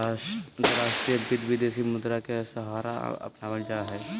अंतर्राष्ट्रीय वित्त, विदेशी मुद्रा के सहारा अपनावल जा हई